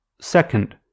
Second